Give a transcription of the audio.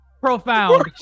Profound